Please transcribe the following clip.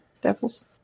devils